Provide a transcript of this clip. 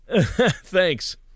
Thanks